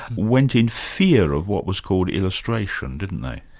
went in fear of what was called illustration, didn't they?